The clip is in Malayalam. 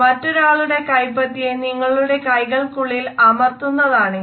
മറ്റൊരാളുടെ കൈപ്പത്തിയെ നിങ്ങളുടെ കൈകൾക്കുള്ളിൽ അമർത്തുന്നതാണിത്